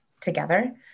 together